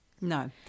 No